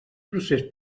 procés